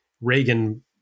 Reagan